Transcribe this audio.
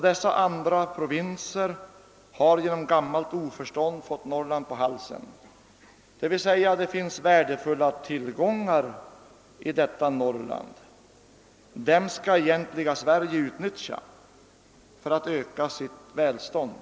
Dessa andra provinser har genom gammalt oförstånd fått Norrland på halsen. Det vill säga: det finns värdefulla tillgångar i detta Norrland, och dem skall det egentliga Sverige utnyttja — för att öka sitt välstånd.